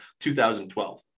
2012